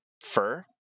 fur